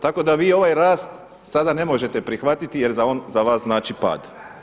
Tako da vi ovaj rasta sada ne možete prihvatiti jer on za vas znači pad.